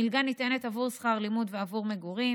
המלגה ניתנת בעבור שכר לימוד ובעבור מגורים.